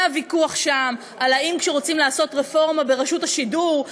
היה ויכוח שם: כשרוצים לעשות רפורמה ברשות השידור,